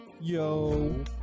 Yo